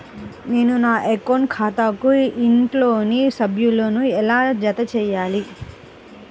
నేను నా అకౌంట్ ఖాతాకు ఇంట్లోని సభ్యులను ఎలా జతచేయాలి?